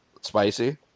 spicy